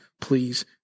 please